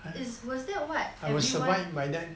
was that what everyone